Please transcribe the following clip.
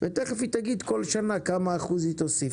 ותיכף היא תגיד בכל שנה כמה אחוז היא תוסיף.